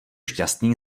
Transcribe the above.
šťastný